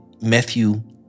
Matthew